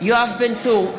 יואב בן צור,